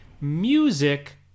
music